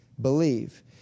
believe